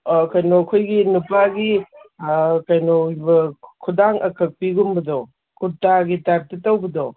ꯑꯥ ꯀꯩꯅꯣ ꯑꯩꯈꯣꯏꯒꯤ ꯅꯨꯄꯥꯒꯤ ꯀꯩꯅꯣ ꯈꯨꯗꯥꯡ ꯑꯀꯛꯄꯤꯒꯨꯝꯕꯗꯣ ꯀꯨꯔꯀꯥꯒꯤ ꯇꯥꯏꯞꯇ ꯇꯧꯕꯗꯣ